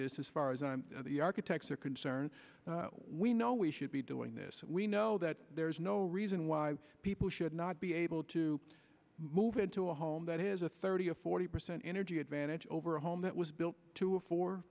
this as far as the architects are concerned we know we should be doing this we know that there's no reason why people should not be able to move into a home that has a thirty to forty percent energy advantage over a home that was built to